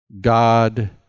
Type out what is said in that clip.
God